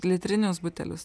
litrinius butelius